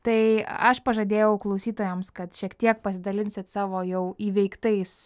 tai aš pažadėjau klausytojams kad šiek tiek pasidalinsit savo jau įveiktais